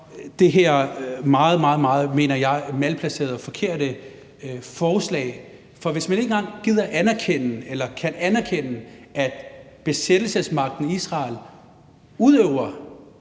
det her meget, meget, mener jeg, malplacerede og forkerte forslag. For hvis man ikke engang gider eller kan anerkende, at besættelsesmagten Israel udøver